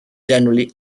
generally